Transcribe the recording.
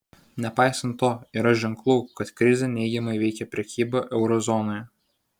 nepaisant to yra ženklų kad krizė neigiamai veikia prekybą euro zonoje